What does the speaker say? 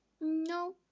No